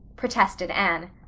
protested anne.